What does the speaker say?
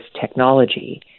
technology